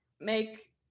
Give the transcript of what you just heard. make